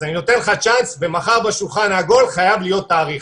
אז אני נותן לך צ'אנס ומחר בשולחן העגול חייב להיות תאריך,